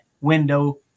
window